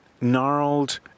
gnarled